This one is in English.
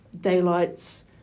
daylights